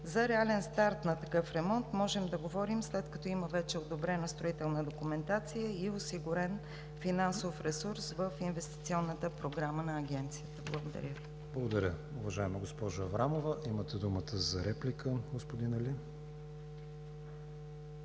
За реален старт на такъв ремонт можем да говорим, след като има вече одобрена строителна документация и осигурен финансов ресурс в инвестиционната програма на Агенцията. Благодаря Ви. ПРЕДСЕДАТЕЛ КРИСТИАН ВИГЕНИН: Благодаря, уважаема госпожо Аврамова. Имате думата за реплика, господин Али.